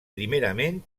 primerament